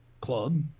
club